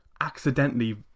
accidentally